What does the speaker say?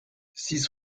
six